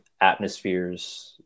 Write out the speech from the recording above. atmospheres